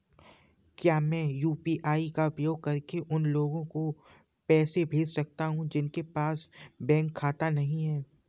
क्या मैं यू.पी.आई का उपयोग करके उन लोगों को पैसे भेज सकता हूँ जिनके पास बैंक खाता नहीं है?